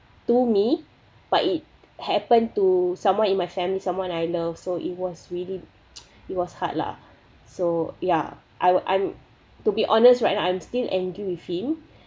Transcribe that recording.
to me but it happen to someone in my family someone I know so it was really it was hard lah so yah I I'm to be honest right now I'm still angry with him